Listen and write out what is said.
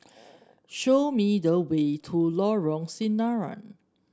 show me the way to Lorong Sinaran